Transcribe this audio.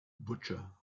butcher